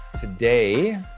Today